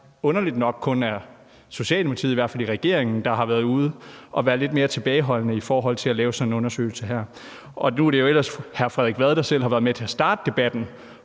underligt nok kun er Socialdemokratiet, der i hvert fald inden for regeringen har været ude og været lidt mere tilbageholdende i forhold til at lave sådan en undersøgelse her. Nu er det jo ellers hr. Frederik Vad, der selv fra Folketingets talerstol